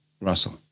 Russell